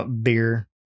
Beer